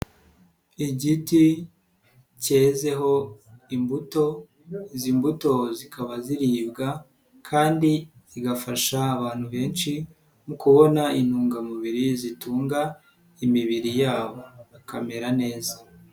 Igiti cyezeho imbuto izimbuto zikaba ziribwa kandi zigafasha abantu benshi mu kubona intungamubiri zitunga imibiri yabo bakamera neza.